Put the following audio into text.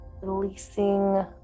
releasing